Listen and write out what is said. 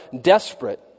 desperate